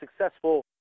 successful